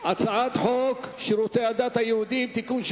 על הצעת חוק שירותי הדת היהודיים (תיקון,